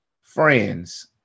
friends